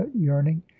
yearning